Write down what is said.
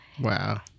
wow